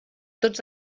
tots